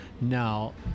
Now